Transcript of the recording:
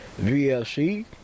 VLC